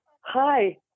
hi